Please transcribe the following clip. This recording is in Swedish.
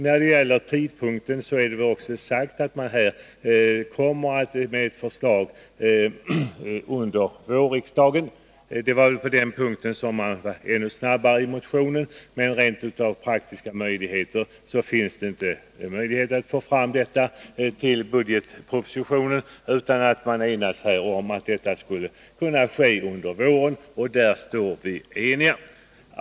När det gäller tidpunkten är det också sagt att man kommer med förslag under vårriksdagen. På den punkten ville man i motionen vara ännu snabbare. Men av rent praktiska skäl finns det inte möjlighet att få fram förslaget till budgetpropositionen. Man har i stället enats om att detta skall kunna ske under våren.